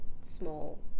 small